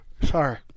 Sorry